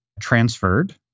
transferred